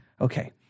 okay